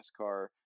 nascar